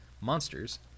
monsters